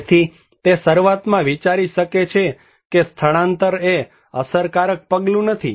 તેથી તે શરૂઆતમાં વિચારી શકે છે કે સ્થળાંતર એ અસરકારક પગલું નથી